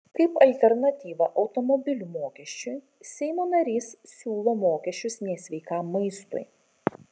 kaip alternatyvą automobilių mokesčiui seimo narys siūlo mokesčius nesveikam maistui